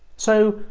so,